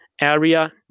area